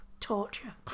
torture